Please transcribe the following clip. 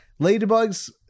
ladybugs